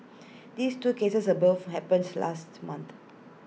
these two cases above happens last month